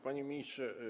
Panie Ministrze!